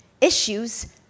issues